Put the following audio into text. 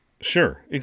Sure